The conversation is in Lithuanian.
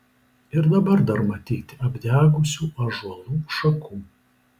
ir dabar dar matyti apdegusių ąžuolų šakų